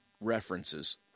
references